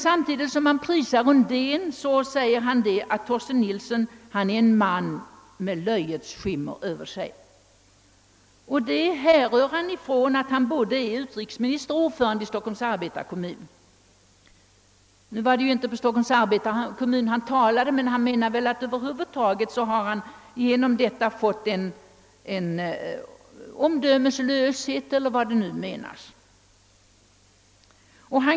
Samtidigt som herr Cassel nu prisar herr Undén säger han att Torsten Nilsson är en man med ett löjets skimmer över sig, och detta skulle som sagt bero på att Torsten Nilsson är utrikesminister och samtidigt ordförandeiStockholms Arbetarekommun. Nu talade inte Torsten Nilsson inför Stockholms Arbetarekommun vid det aktuella tillfället, men herr Cassel menade att utrikesministern genom sitt engagemang där kommit att präglas av omdömeslöshet eller vad han nu kunde mena.